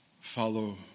Follow